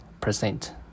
percent